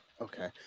okay